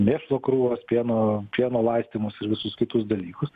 mėšlo krūvas pieno šieno laistymus ir visus kitus dalykus